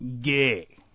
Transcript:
Gay